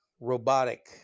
Robotic